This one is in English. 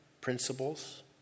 principles